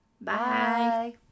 bye